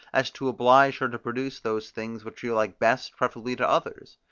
as to oblige her to produce those things, which we like best, preferably to others?